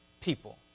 people